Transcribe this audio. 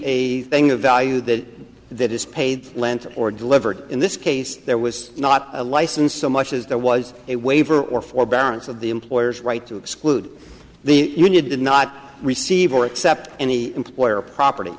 a thing of value that that is paid lent or delivered in this case there was not a license so much as there was a waiver or forbearance of the employer's right to exclude the union did not receive or accept any employer property